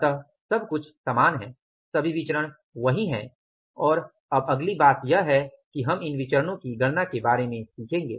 अतः सब कुछ समान है सभी विचरण वही है और अब अगली बात यह है कि हम कि इन विचरणो की गणना के बारे में सीखेंगे